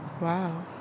Wow